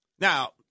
Now